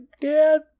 Dad